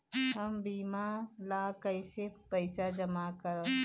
हम बीमा ला कईसे पईसा जमा करम?